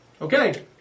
Okay